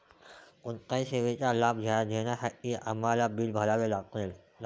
कोणत्याही सेवेचा लाभ घेण्यासाठी आम्हाला बिल भरावे लागते